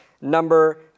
number